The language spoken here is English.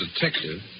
detective